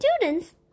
students